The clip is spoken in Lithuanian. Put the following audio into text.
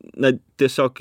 na tiesiog